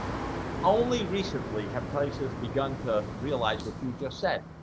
only recently have place has begun to realize what you just said.